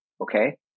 Okay